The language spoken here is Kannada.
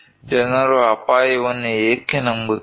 ಜನರು ಅಪಾಯವನ್ನು ಏಕೆ ನಂಬುತ್ತಿಲ್ಲ